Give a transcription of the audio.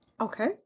Okay